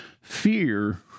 fear